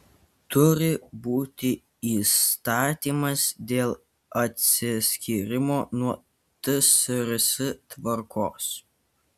turi būti įstatymas dėl atsiskyrimo nuo tsrs tvarkos